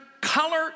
color